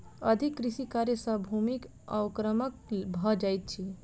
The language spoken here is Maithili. अधिक कृषि कार्य सॅ भूमिक अवक्रमण भ जाइत अछि